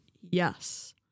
yes